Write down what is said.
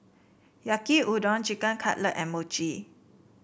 Yaki Udon Chicken Cutlet and Mochi